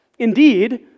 Indeed